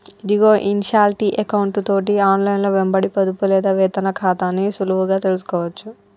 ఇదిగో ఇన్షాల్టీ ఎకౌంటు తోటి ఆన్లైన్లో వెంబడి పొదుపు లేదా వేతన ఖాతాని సులువుగా తెలుసుకోవచ్చు